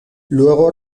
luego